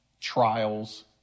trials